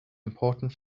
important